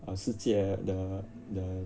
uh 世界的的